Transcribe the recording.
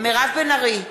מירב בן ארי,